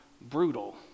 brutal